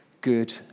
good